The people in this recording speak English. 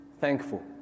thankful